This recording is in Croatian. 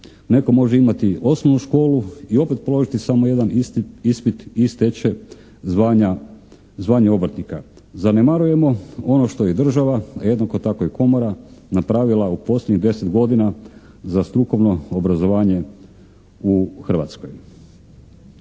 netko može imati osnovnu školu i opet položiti samo jedan ispit i steći će zvanja obrtnika. Zanemarujemo ono što je država, a jednako tako i Komora napravila u posljednjih 10 godina za strukovno obrazovanje u Hrvatskoj.